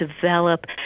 develop